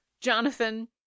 Jonathan